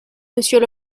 monsieur